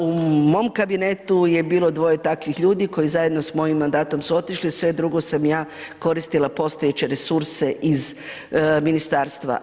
U mom kabinetu je bilo 2 takvih ljudi, koje zajedno s mojim mandatom su otišli, sve drugo sam ja koristila postojeće resurse iz ministarstva.